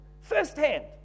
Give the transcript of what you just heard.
firsthand